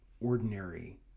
ordinary